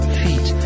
feet